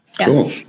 Cool